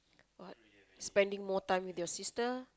what spending more time with your sister